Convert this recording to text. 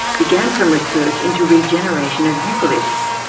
began some research into regeneration of eucalypts.